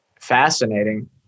Fascinating